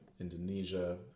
Indonesia